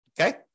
okay